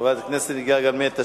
חברת הכנסת גילה גמליאל, תשיב.